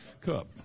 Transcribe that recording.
cup